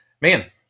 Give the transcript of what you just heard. man